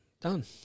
Done